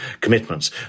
commitments